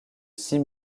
six